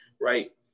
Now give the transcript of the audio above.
Right